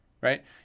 right